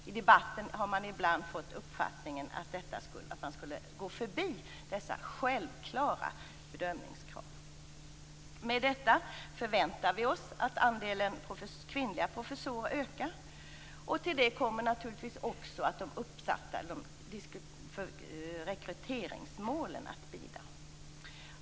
I debatten har man ibland fått uppfattningen att man skulle gå förbi dessa självklara bedömningsgrunder. Med detta förväntar vi oss att andelen kvinnliga professorer ökar. Till det kommer naturligtvis de uppsatta rekryteringsmålen att bidra.